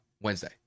Wednesday